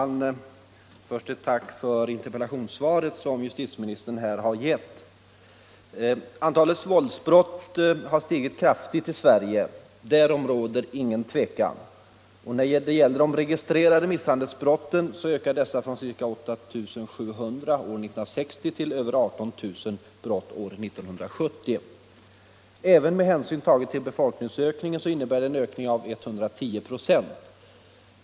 nistern här har gett. 10 februari 1976 Antalet våldsbrott har stigit kraftigt i Sverige, därom råder det ingen tvekan. De registrerade misshandelsbrotten ökade från ca 8 700 år 1960 Om åtgärder för att till över 18 000 brott år 1970. Även med hänsyn tagen till befolknings — minska antalet ökningen innebär det en ökning med 110 96.